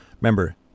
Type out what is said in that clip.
Remember